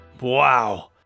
Wow